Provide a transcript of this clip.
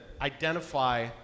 identify